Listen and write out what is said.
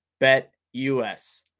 BetUS